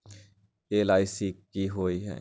LIC की होअ हई?